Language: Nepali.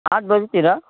आठ बजीतिर